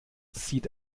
sieht